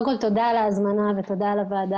קודם כל תודה על ההזמנה ותודה על הוועדה